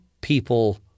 people